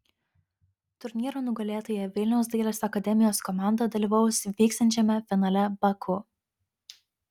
turnyro nugalėtoja vilniaus dailės akademijos komanda dalyvaus vyksiančiame finale baku